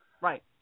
Right